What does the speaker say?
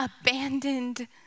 abandoned